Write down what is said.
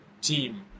team